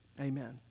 Amen